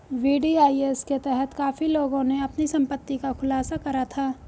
VDIS के तहत काफी लोगों ने अपनी संपत्ति का खुलासा करा था